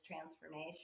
transformation